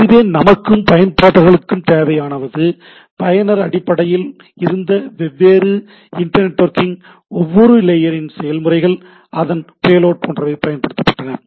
இதுவே நமக்கும் பயன்பாட்டாளர்களுக்கும் தேவையானது பயனர் அடிப்படையில் இந்த வெவ்வேறு இன்டர் நெட்வொர்க்கிங் ஒவ்வொரு லேயரின் செயல்முறைகள் அதன் பேலோட் போன்றவை பயன்படுத்தப்படுகின்றன